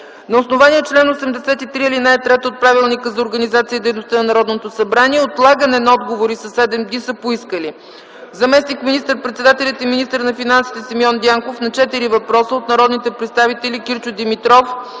На основание чл. 83, ал. 3 от Правилника за организацията и дейността на Народното събрание отлагане на отговори със 7 дни са поискали: Заместник министър-председателят и министър на финансите Симеон Дянков на четири въпроса от народните представители Кирчо Димитров,